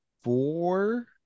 four